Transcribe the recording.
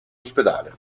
ospedale